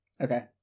Okay